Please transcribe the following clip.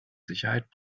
sicherheit